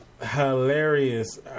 Hilarious